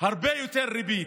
הרבה יותר ריבית,